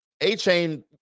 A-Chain